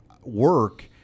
work